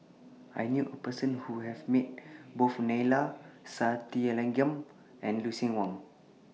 I knew A Person Who has Met Both Neila Sathyalingam and Lucien Wang